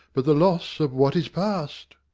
but the loss of what is past.